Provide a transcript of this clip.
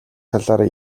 талаар